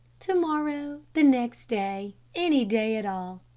to-morrow, the next day, any day at all.